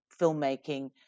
filmmaking